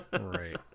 Right